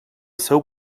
seu